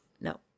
No